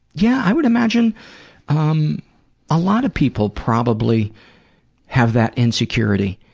yeah, i would imagine um a lot of people probably have that insecurity.